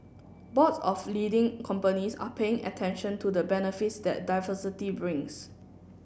boards of leading companies are paying attention to the benefits that diversity brings